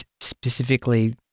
specifically